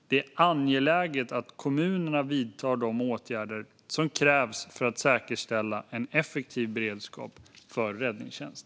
Det är angeläget att kommunerna vidtar de åtgärder som krävs för att säkerställa en effektiv beredskap för räddningstjänst.